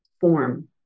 form